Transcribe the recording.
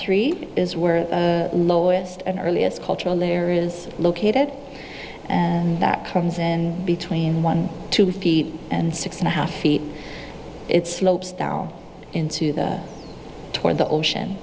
three is where the lowest and earliest cultural layer is located and that comes in between one two feet and six and a half feet it slopes down into the toward the ocean